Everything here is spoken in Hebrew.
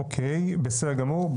אוקיי, בסדר גמור.